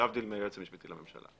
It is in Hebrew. להבדיל מהיועץ המשפטי לממשלה.